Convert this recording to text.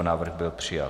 Návrh byla přijat.